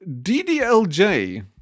DDLJ